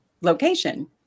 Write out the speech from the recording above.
location